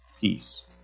peace